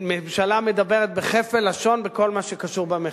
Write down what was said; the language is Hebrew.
הממשלה מדברת בכפל לשון בכל מה שקשור במחאה.